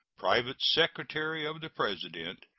private secretary of the president,